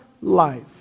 life